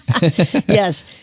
Yes